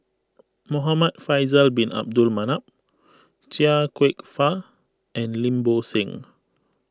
Muhamad Faisal Bin Abdul Manap Chia Kwek Fah and Lim Bo Seng